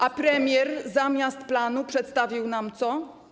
A premier zamiast planu przedstawił nam co?